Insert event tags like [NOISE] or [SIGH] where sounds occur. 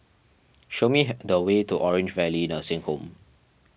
[NOISE] show me the way to Orange Valley Nursing Home